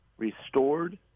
restored